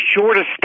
shortest